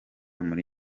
muri